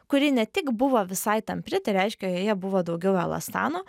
kuri ne tik buvo visai tampri tai reiškia joje buvo daugiau elastano